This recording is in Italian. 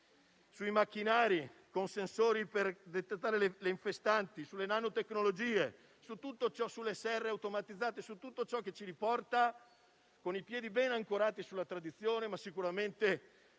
sui macchinari con sensori per rilevare le piante infestanti, sulle nanotecnologie, sulle serre automatizzate e su tutto ciò che ci riporta con i piedi ben ancorati alla tradizione, ma sicuramente